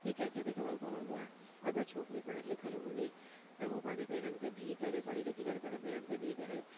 हीअ कंहिंखे बि ख़बर न हूंदो आहे अगरि छोकिरी पढ़ियलु लिखियलु हूंदी त हूअ पंहिंजे पेरनि ते भीह करे पढ़ी लिखी करे पंहिंजे पेरनि ते भीह करे